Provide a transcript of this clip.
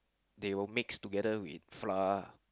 they will mix together with flour